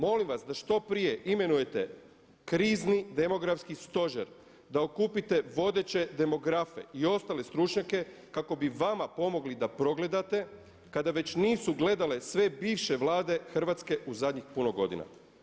Molim vas da što prije imenujete krizni demografski stožer da okupite vodeće demografe i ostale stručnjake kako bi vama pomogli da progledate, kada već nisu gledale sve bivše vlade Hrvatske u zadnjih puno godina.